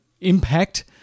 impact